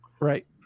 Right